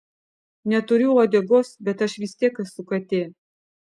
neturiu uodegos bet aš vis tiek esu katė